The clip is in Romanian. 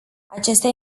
acestea